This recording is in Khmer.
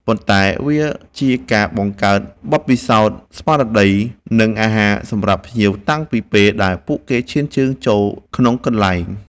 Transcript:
ប៉ុន្តែវាជាការបង្កើតបទពិសោធន៍ស្មារតី និងអារម្មណ៍សំរាប់ភ្ញៀវតាំងពីពេលដែលពួកគេឈានជើងចូលក្នុងកន្លែង។